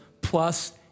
plus